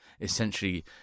essentially